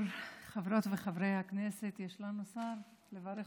חברות וחברי הכנסת, יש לנו שר לברך?